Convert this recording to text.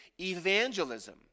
evangelism